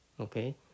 Okay